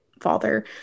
father